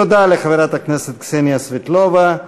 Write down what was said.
תודה לחברת הכנסת קסניה סבטלובה.